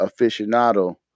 aficionado